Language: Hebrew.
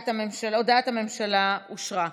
הודעת הממשלה אושרה.